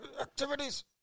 Activities